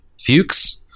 Fuchs